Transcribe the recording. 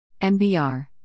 MBR